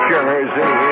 Jersey